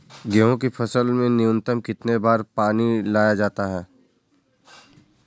गेहूँ की फसल में न्यूनतम कितने बार पानी लगाया जाता है?